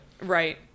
Right